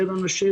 אין אנשים,